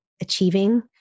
achieving